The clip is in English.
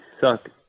suck